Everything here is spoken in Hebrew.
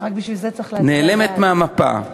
נעלמת מהמפה.